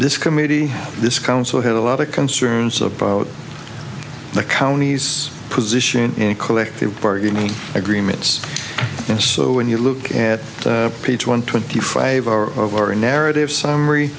this committee this council had a lot of concerns about the county's position and collective bargaining agreements and so when you look at page one twenty five our of our in narrative summary